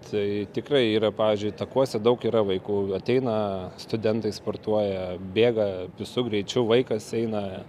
tai tikrai yra pavyzdžiui takuose daug yra vaikų ateina studentai sportuoja bėga visu greičiu vaikas eina